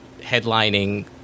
headlining